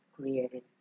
created